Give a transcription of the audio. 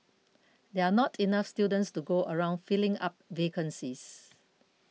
there are not enough students to go around filling up vacancies